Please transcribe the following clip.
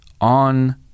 on